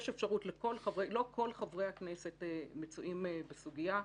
לא כל חברי הכנסת מצויים בסוגיה,